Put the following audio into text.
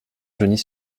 genix